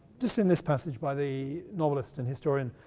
just in this passage by the novelist and historian,